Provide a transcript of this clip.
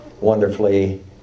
wonderfully